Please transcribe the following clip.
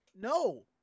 no